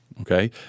Okay